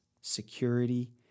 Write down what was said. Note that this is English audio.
security